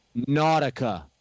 nautica